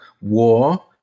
war